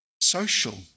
social